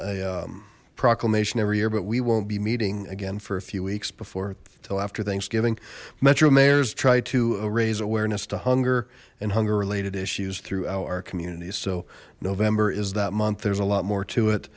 a proclamation every year but we won't be meeting again for a few weeks before until after thanksgiving metro mayor's try to raise awareness to hunger and hunger related issues throughout our communities so november is that month there's a lot more to it